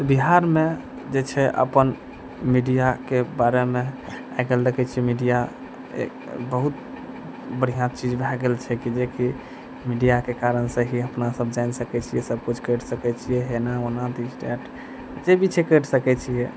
बिहारमे जे छै अपन मीडियाके बारेमे आइकाल्हि देखै छियै मीडिया एक बहुत बढ़िऑं चीज भऽ गेल छै कि जेकि मीडियाके कारण से ही अपना सब जानि सकैत छियै सबकिछु कैरि सकैत छियै एना ओना दिस दैट जे भी छै कैरि सकैत छियै